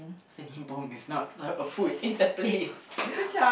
Senibong is not a a food it's a place